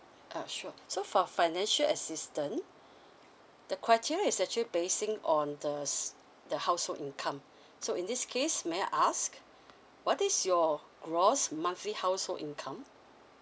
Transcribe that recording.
uh sure so for financial assistance the criteria is actually basing on the s~ the household income so in this case may I ask what is your gross monthly household income